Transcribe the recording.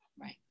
Right